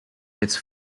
its